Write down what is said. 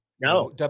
no